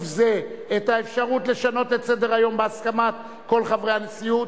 זה את האפשרות לשנות את סדר-היום בהסכמת כל חברי הנשיאות,